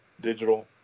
digital